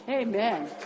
Amen